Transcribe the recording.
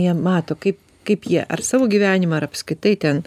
jie mato kaip kaip jie ar savo gyvenimą ar apskritai ten